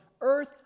earth